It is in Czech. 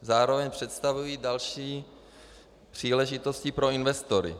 Zároveň představují další příležitosti pro investory.